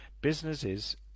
Businesses